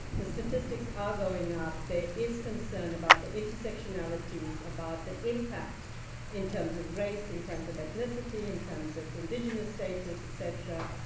the statistics are going up. there is concern about the intersectionalities, about the impact in terms of race, in terms of ethnicity, in terms of indigenous status, et cetera,